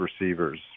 receivers